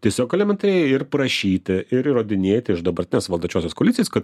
tiesiog elementariai ir prašyti ir įrodinėti iš dabartinės valdančiosios koalicijos kad